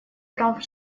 прав